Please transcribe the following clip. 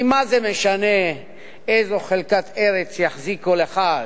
כי מה זה משנה איזו חלקת ארץ יחזיק כל אחד,